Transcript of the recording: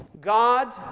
God